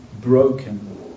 broken